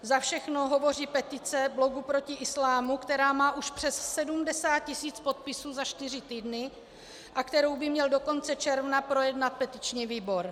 Za všechno hovoří petice Bloku proti islámu, která má už přes 70 tisíc podpisů za čtyři týdny a kterou by měl do konce června projednat petiční výbor.